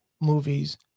movies